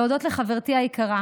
להודות לחברתי היקרה,